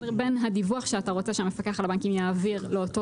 בין הדיווח שאתה רוצה שהמפקח על הבנקים יעביר לאותו